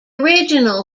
original